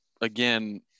Again